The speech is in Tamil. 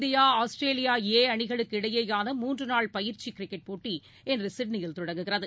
இந்தியா ஆஸ்திரேலியா ஏ அணிகளுக்கு இடையேயான மூன்றுநாள் பயிற்சிகிரிக்கெட் போட்டி இன்றுசிட்னியில் தொடங்குகிறது